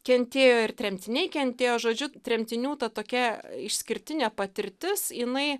kentėjo ir tremtiniai kentėjo žodžiu tremtinių ta tokia išskirtinė patirtis jinai